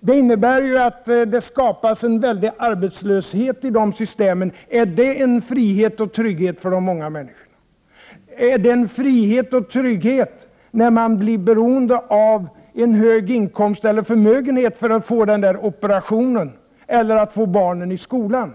De systemen innebär att det skapas en väldig arbetslöshet. Är det frihet och trygghet för de många människorna? Är det frihet och trygghet när man blir beroende av en hög inkomst eller en stor förmögenhet för att få den där operationen man behöver eller att få ha barnen i skolan?